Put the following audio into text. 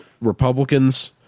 Republicans